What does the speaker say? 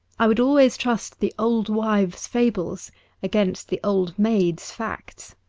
i would always trust the old wives' fables against the old maids' facts.